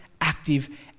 active